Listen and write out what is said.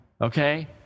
Okay